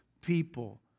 people